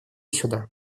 сюда